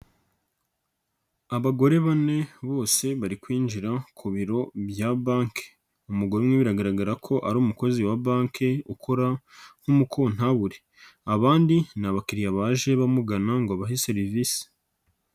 Abagore bane bose bari kwinjira ku biro bya banki, umugore umwe biragaragara ko ari umukozi wa banki ukora nk'umukontaburi abandi ni abakiriya baje bamugana ngo bahe serivisi.